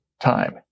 time